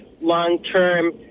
long-term